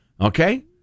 Okay